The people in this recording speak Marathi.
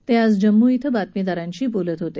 ते आज जम्मू इथं बातमीदारांशी बोलत होते